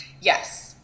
Yes